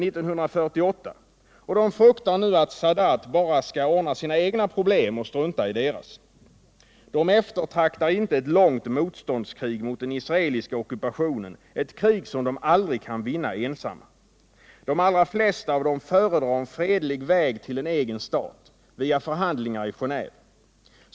1948, och fruktar nu att Sadat bara skall ordna sina egna problem och strunta i deras. De eftertraktar inte ett långt motståndskrig mot den israeliska ockupationen, ett krig som de aldrig kan vinna ensamma. De allra flesta av dem föredrar en fredlig väg till en egen stat, via förhandlingar i Geneve.